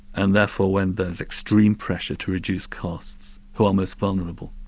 and therefore when there's extreme pressure to reduce costs, who are most vulnerable.